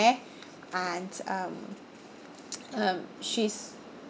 and um um she's